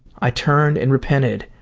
i turned and repented,